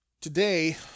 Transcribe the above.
Today